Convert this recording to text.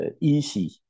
easy